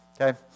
okay